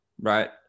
right